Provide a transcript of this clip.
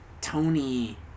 Tony